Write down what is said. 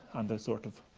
and they sort of